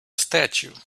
statue